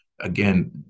Again